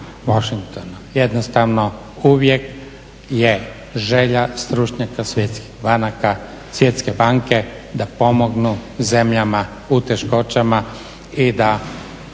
jednostavno uvijek je želja stručnjaka Svjetske banke da pomognu zemljama u teškoćama i da